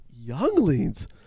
younglings